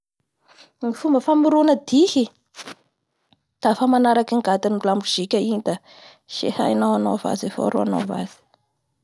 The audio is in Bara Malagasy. Ny fomba famorona dihy dafa manaraky ny gadon'ny lamozika igny da izay hainao anaova azy avao ny anaova azy.